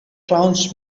clowns